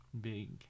big